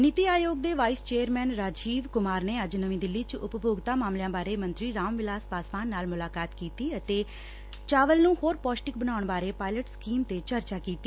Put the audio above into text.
ਨੀਤੀ ਆਯੋਗ ਦੇ vice chairman Rajiv Kumar ਨੇ ਅੱਜ ਨਵੀਂ ਦਿੱਲ ਚ ਉਪਭੋਗਤਾ ਮਾਮਲਿਆਂ ਬਾਰੇ ਮੰਤਰੀ ਰਾਮ ਵਿਲਾਸ ਪਾਸਵਾਨ ਨਾਲ ਮੁਲਾਕਾਤ ਕੀਤੀ ਅਤੇ ਚਾਵਲ ਨੂੰ ਹੋਰ ਪੋਸ਼ਟਿਕ ਬਣਾਉਣ ਬਾਰੇ ਪਾਇਲਟ ਸਕੀਮ ਤੇ ਚਰਚਾ ਕੀਤੀ